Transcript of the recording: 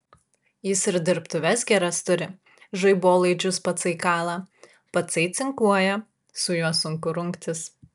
jis ir dirbtuves geras turi žaibolaidžius patsai kala patsai cinkuoja su juo sunku rungtis